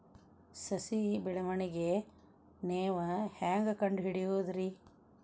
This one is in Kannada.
ಸಸಿ ಬೆಳವಣಿಗೆ ನೇವು ಹ್ಯಾಂಗ ಕಂಡುಹಿಡಿಯೋದರಿ?